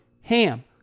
HAM